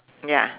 ya